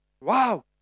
Wow